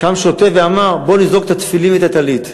קם שוטה ואמר: בואו נזרוק את התפילין ואת הטלית.